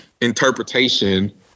interpretation